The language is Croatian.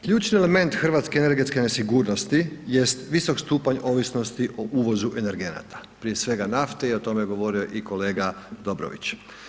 Ključni element hrvatske energetske nesigurnosti jest visok stupanj ovisnosti o uvozu energenata, prije svega nafte i o tome je govorio i kolega Dobrović.